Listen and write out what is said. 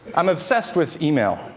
i'm obsessed with email.